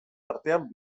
artean